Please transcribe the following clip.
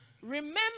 Remember